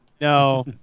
No